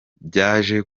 byaje